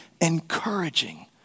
encouraging